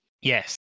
Yes